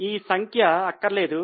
ఈ సంఖ్య అక్కరలేదు